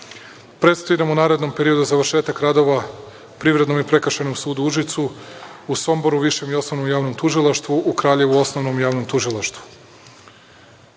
Predstoji nam u narednom periodu završetak radova u Privrednom i Prekršajnom sudu u Užicu, Somboru Višem i Osnovnom javnom tužilaštvu, u Kraljevu Osnovnom i Javnom tužilaštvu. Naravno,